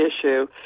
issue